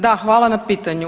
Da, hvala na pitanju.